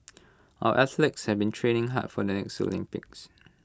our athletes have been training hard for the next Olympics